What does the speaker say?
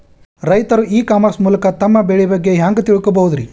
ರೈತರು e commerce ಮೂಲಕ ತಮ್ಮ ಬೆಳಿ ಬಗ್ಗೆ ಹ್ಯಾಂಗ ತಿಳ್ಕೊಬಹುದ್ರೇ?